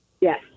yes